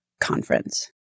conference